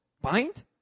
bind